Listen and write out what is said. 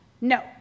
No